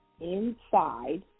inside